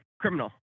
criminal